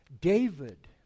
David